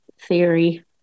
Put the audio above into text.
theory